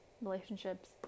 relationships